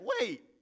wait